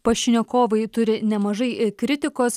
pašnekovai turi nemažai kritikos